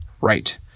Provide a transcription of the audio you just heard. Right